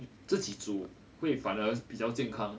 自己煮会反而比较健康